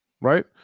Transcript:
right